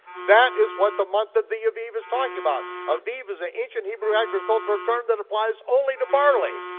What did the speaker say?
that is what the month of the aviv is talking about, aviv is an ancient hebrew agricultural term that applies only to barley.